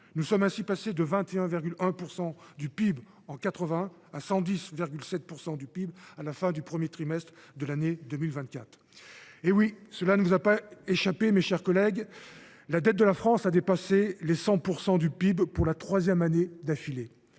nous sommes ainsi passés de 21,1 % du PIB en 1980 à 110,7 % du PIB à la fin du premier trimestre de l’année 2024. Cela ne vous a pas échappé, mes chers collègues : la dette de la France a dépassé les 100 % du PIB pour la troisième année consécutive.